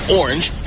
orange